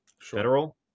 Federal